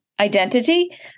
identity